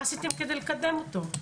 מה עשיתם כדי לקדם אותו?